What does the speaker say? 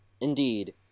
indeed